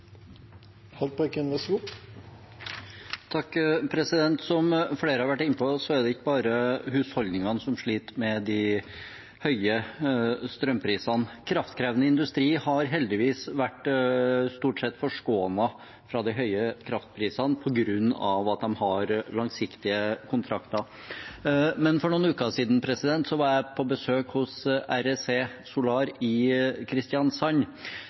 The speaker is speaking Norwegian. det ikke bare husholdningene som sliter med de høye strømprisene. Kraftkrevende industri har heldigvis stort sett vært forskånet fra de høye kraftprisene på grunn av at de har langsiktige kontrakter. Men for noen uker siden var jeg på besøk hos REC Solar i Kristiansand.